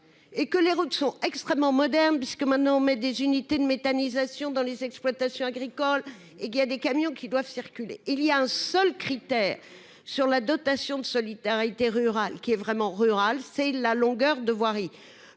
et que les routes sont extrêmement moderne puisque maintenant mais des unités de méthanisation dans les exploitations agricoles et il y a des camions qui doivent circuler il y a un seul critère sur la dotation de solidarité rurale qui est vraiment rural c'est la longueur de voirie,